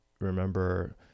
remember